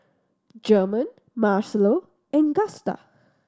German Marcelo and Gusta